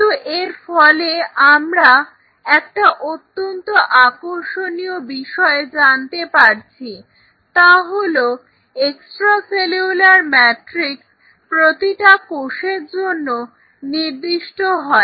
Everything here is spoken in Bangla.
কিন্তু এর ফলে আমরা একটা অত্যন্ত আকর্ষনীয় বিষয় জানতে পারছি তা হলো এক্সট্রা সেলুলার মেট্রিক্স প্রতিটা কোষের জন্য নির্দিষ্ট হয়